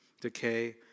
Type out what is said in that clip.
decay